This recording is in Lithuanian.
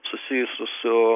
susijusių su